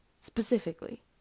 specifically